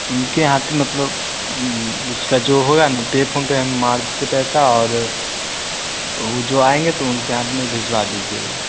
उनके हाथ मतलब उसका जो होगा पर फ़ोन पर हम मारते पैसा और ऊ जो आएँगे तो उनके हाथ में भिजवा दीजिएगा